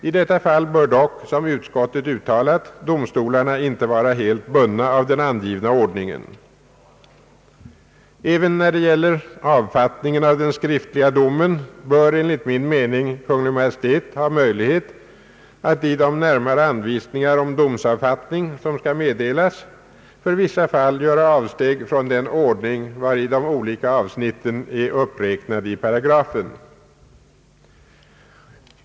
I detta fall bör dock, som utskottet uttalat, domstolarna inte vara helt bundna av den angivna ordningen. Även när det gäller avfattningen av den skriftliga domen bör enligt min mening Kungl. Maj:t ha möjlighet att i de närmare anvisningar om domsavfattning, som skall meddelas, för vissa fall göra avsteg från den ordning, vari de olika avsnitten är uppräknade i paragrafen.